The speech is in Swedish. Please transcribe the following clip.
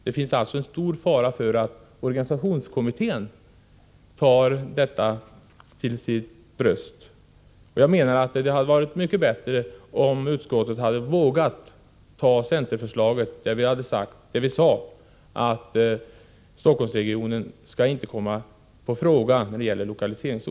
Det ligger alltså en stor fara i att organisationskommittén tar detta till sitt bröst. Jag anser att det hade varit mycket bättre om utskottet hade vågat biträda centerförslaget, i vilket vi har sagt att Stockholmsregionen inte skall komma i fråga som lokaliseringsort.